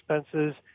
expenses